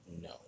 No